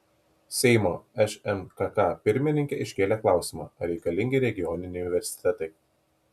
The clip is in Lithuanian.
seimo šmkk pirmininkė iškėlė klausimą ar reikalingi regioniniai universitetai